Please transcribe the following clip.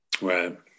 right